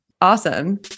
awesome